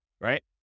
right